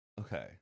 Okay